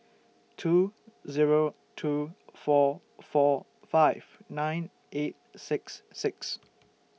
two Zero two four four five nine eight six six